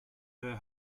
her